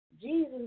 Jesus